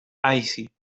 icy